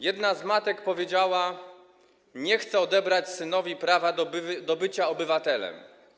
Jedna z matek powiedziała: nie chcę odebrać synowi prawa do bycia obywatelem.